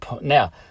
now